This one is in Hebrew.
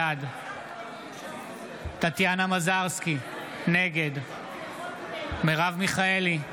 בעד טטיאנה מזרסקי, נגד מרב מיכאלי,